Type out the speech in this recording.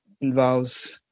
involves